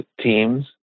teams